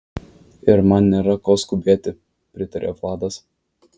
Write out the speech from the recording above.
ir man nėra ko skubėti pritaria vladas